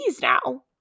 now